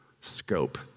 scope